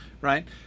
right